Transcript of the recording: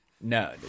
No